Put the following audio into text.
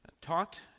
taught